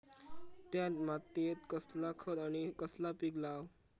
त्या मात्येत कसला खत आणि कसला पीक लाव?